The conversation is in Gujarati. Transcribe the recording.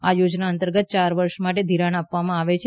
આ યોજના અંતર્ગત ચાર વર્ષ માટે ધિરાણ આપવામાં આવે છે